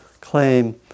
claim